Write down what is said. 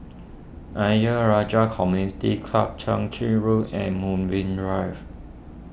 Ayer Rajah Community Club Chwee Chian Road and Moonbeam Drive